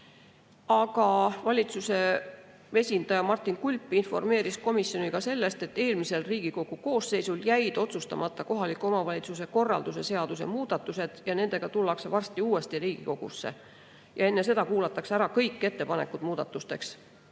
Aga valitsuse esindaja Martin Kulp informeeris komisjoni ka sellest, et eelmises Riigikogu koosseisus jäid otsustamata kohaliku omavalitsuse korralduse seaduse muudatused ja nendega tullakse varsti uuesti Riigikogusse. Enne seda kuulatakse ära kõik ettepanekud muudatusteks.